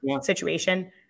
situation